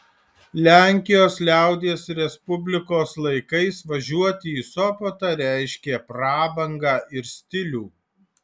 lenkijos liaudies respublikos laikais važiuoti į sopotą reiškė prabangą ir stilių